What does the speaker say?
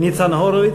ניצן הורוביץ,